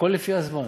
הכול לפי הזמן.